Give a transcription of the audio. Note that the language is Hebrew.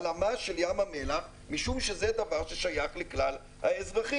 הלאמה של ים המלח משום שזה דבר ששייך לכלל האזרחים.